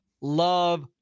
love